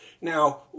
Now